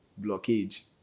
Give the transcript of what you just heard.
blockage